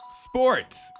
Sports